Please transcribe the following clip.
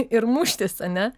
ir muštis ane